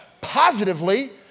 positively